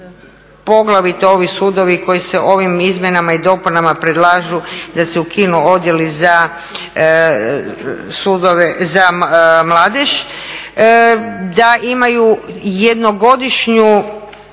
poglavito ovi sudovi koji se ovim izmjenama i dopunama predlažu da se ukinu odjeli za mladež, da imaju jednogodišnju,